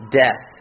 death